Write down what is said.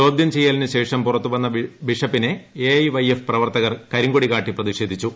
ചോദൃം ചെയ്യലിന് ശേഷം പുറത്ത് വന്ന ബിഷപ്പിനെ എ ഐ വൈ എഫ് പ്രവർത്തകർ കരിങ്കൊടി കാട്ടി പ്രതിഷേധിച്ചു